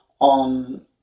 on